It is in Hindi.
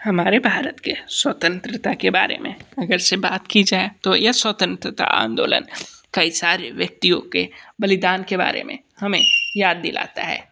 हमारे भारत के स्वतंत्रता के बारे में अगर से बात की जाए तो ये स्वतंत्रता आंदोलन कई सारे व्यक्तियों के बलिदान के बारे में हमें याद दिलाता है